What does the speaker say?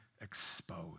exposed